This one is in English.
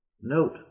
Note